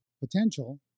Potential